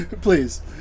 Please